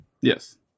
yes